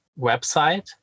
website